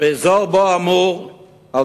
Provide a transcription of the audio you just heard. באזור שבו אמור לקום,